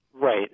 Right